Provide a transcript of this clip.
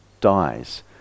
dies